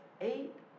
eight